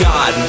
God